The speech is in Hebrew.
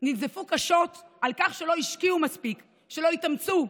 ננזפו קשות על כך שלא השקיעו מספיק, שלא התאמצו,